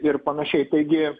ir pananašiai taigi